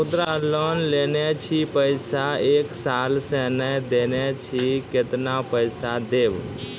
मुद्रा लोन लेने छी पैसा एक साल से ने देने छी केतना पैसा देब?